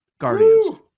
Guardians